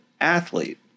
athlete